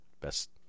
best